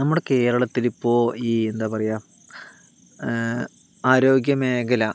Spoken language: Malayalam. നമ്മുടെ കേരളത്തിൽ ഇപ്പൊൾ ഈ എന്താ പറയുക ആരോഗ്യമേഖല